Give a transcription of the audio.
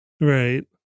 Right